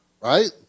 right